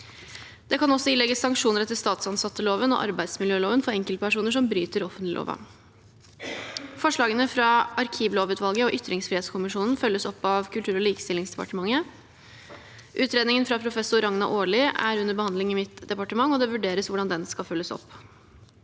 Det kan også ilegges sanksjoner etter statsansatteloven og arbeidsmiljøloven for enkeltpersoner som bryter offentleglova. Forslagene fra arkivlovutvalget og ytringsfrihetskommisjonen følges opp av Kultur- og likestillingsdepartementet. Utredningen fra professor Ragna Aarli er under behandling i mitt departement, og det vurderes hvordan den skal følges opp.